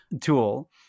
tool